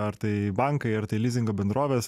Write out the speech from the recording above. ar tai bankai ar tai lizingo bendrovės